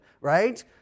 right